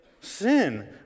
sin